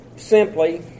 Simply